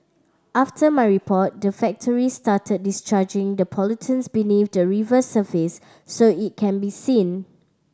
after my report the factory started discharging the pollutants beneath the river surface so it can be seen